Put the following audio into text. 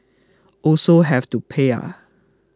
also have to pay ah